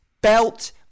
belt